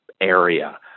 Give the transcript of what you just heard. area